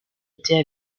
été